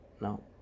no